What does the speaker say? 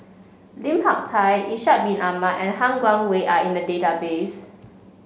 Lim Hak Tai Ishak Bin Ahmad and Han Guangwei are in the database